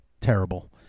terrible